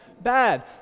bad